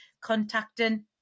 contacting